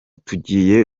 tugiye